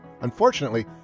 Unfortunately